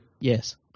yes